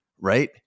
right